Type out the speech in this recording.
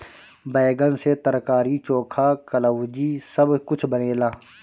बैगन से तरकारी, चोखा, कलउजी सब कुछ बनेला